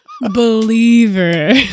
Believer